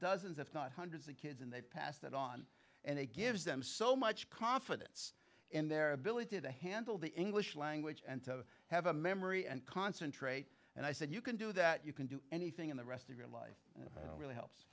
if not hundreds of kids and they passed it on and it gives them so much confidence in their ability to handle the english language and to have a memory and concentrate and i said you can do that you can do anything in the rest of your life and i don't really helps